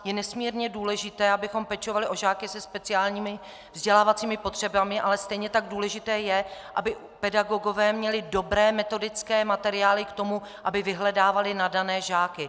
Je nemírně důležité, abychom pečovali o žáky se speciálními vzdělávacími potřebami, ale stejně tak důležité je, aby pedagogové měli dobré metodické materiály k tomu, aby vyhledávali nadané žáky.